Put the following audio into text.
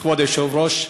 כבוד היושב-ראש,